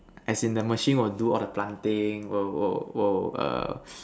as in the machine will do all the planting will will will err